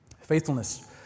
Faithfulness